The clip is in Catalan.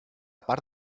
part